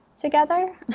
together